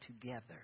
together